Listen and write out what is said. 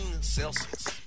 Celsius